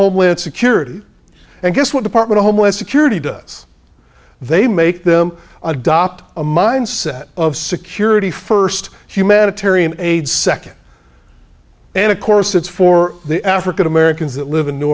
homeland security and guess what department of homeland security does they make them adopt a mindset of security first humanitarian aid second and of course it's for the african americans that live in new